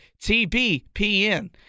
TBPN